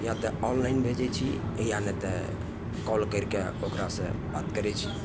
या तऽ ऑनलाइन भेजैत छियै या नहि तऽ कॉल करिके ओकरा से बात करैत छियै